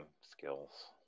skills